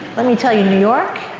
let me tell you, new york,